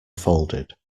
folded